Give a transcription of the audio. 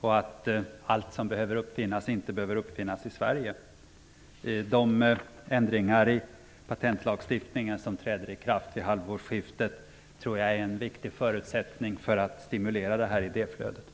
och att allt som skall uppfinnas inte behöver uppfinnas i Sverige. De ändringar i patentlagstiftningen som träder i kraft vid halvårsskiftet tror jag är en viktig förutsättning för att stimulera idéflödet.